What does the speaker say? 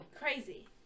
Crazy